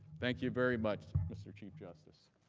thank you very much, mr. chief justice.